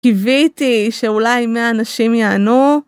קיוויתי שאולי 100 אנשים ייענו.